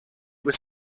was